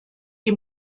die